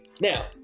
Now